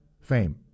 fame